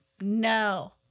No